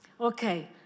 Okay